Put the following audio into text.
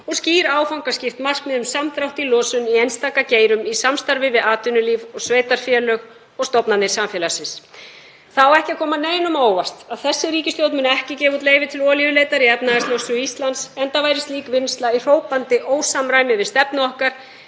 og skýr áfangaskipt markmið um samdrátt í losun í einstaka geirum í samstarfi við atvinnulíf og sveitarfélög og stofnanir samfélagsins. Það á ekki að koma neinum á óvart að þessi ríkisstjórn mun ekki gefa út leyfi til olíuleitar í efnahagslögsögu Íslands enda væri slík vinnsla í hrópandi ósamræmi við stefnu okkar